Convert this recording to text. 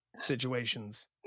situations